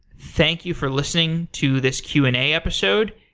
thank you for listening to this q and a episode.